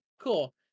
Cool